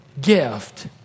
gift